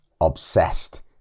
obsessed